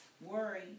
Worry